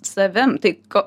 savim tai ko